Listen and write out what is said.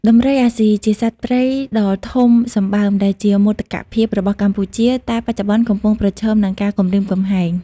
ដំរីអាស៊ី ជាសត្វព្រៃដ៏ធំសម្បើមដែលជាមោទកភាពរបស់កម្ពុជា តែបច្ចុប្បន្នកំពុងប្រឈមនឹងការគំរាមកំហែង។